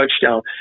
touchdown